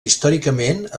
històricament